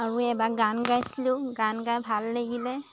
আৰু এবাৰ গান গাইছিলোঁ গান গাই ভাল লাগিলে